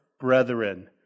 brethren